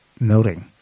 noting